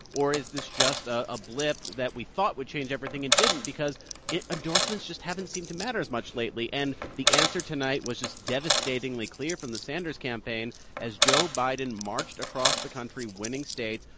or is this just a blip that we thought would change everything and didn't because endorsements just haven't seemed to matter as much lately? and the answer tonight was just devastatingly clear from the sanders campaign as joe biden marched across the country, winning states,